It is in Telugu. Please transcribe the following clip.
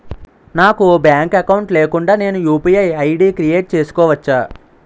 నాకు బ్యాంక్ అకౌంట్ లేకుండా నేను యు.పి.ఐ ఐ.డి క్రియేట్ చేసుకోవచ్చా?